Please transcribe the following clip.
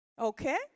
Okay